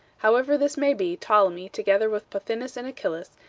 however this may be, ptolemy, together with pothinus and achillas,